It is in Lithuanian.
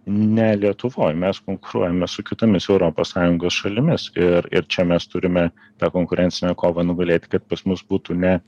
ne lietuvoj mes konkuruojame su kitomis europos sąjungos šalimis ir ir čia mes turime tą konkurencinę kovą nugalėti kad pas mus būtų ne